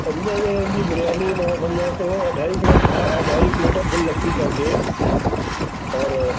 पंजनि ॼणण जी बिरियानी मां सम्झा थिए अढाई प्लेट अ अढाई प्लेट फ़ुल लॻंदी तव्हांखे और